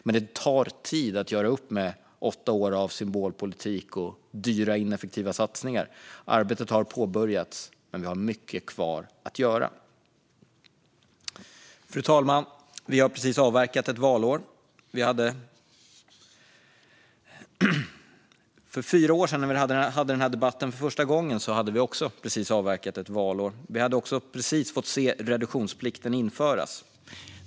Men det tar tid att göra upp med åtta år av symbolpolitik och dyra ineffektiva satsningar. Arbetet har påbörjats, men vi har mycket arbete kvar att göra. Fru talman! Vi har precis avverkat ett valår. För fyra år sedan när vi hade debatten för första gången hade vi också precis avverkat ett valår. Vi hade också precis fått se reduktionsplikten införas.